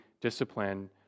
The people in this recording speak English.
discipline